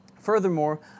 Furthermore